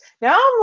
Now